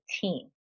team